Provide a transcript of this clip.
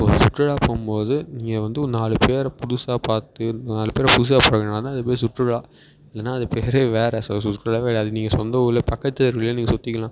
ஒரு சுற்றுலா போகும்போது நீங்கள் வந்து ஒரு நாலு பேரை புதுசாக பார்த்து நாலு பேரை புதுசாக பழகினா தான் அது பேர் சுற்றுலா இல்லைன்னா அது பேரே வேறு ஸோ சுற்றுலாவே இல்லை அதுக்கு நீங்கள் சொந்த ஊரிலயே பக்கத்து தெருவிலயே நீங்கள் சுற்றிக்கிலாம்